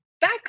back